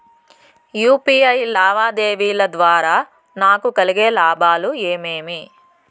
UPI లావాదేవీల ద్వారా నాకు కలిగే లాభాలు ఏమేమీ?